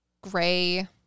gray